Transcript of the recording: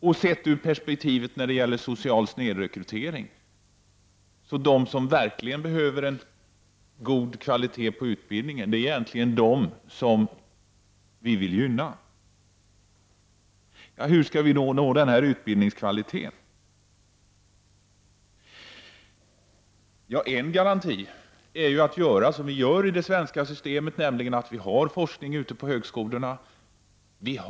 Om man ser det ur perspektivet social snedrekrytering kan man säga att de som verkligen behöver en god kvalitet på utbildningen är de som vi vill gynna. Hur skall vi nå denna utbildningskvalitet? En garanti åstadkommer vi genom att göra som vi gör i det svenska systemet, nämligen att vi har forskning ute på högskolorna.